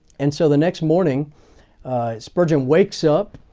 and so the next morning spurgeon wakes up,